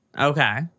Okay